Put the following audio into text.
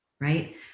right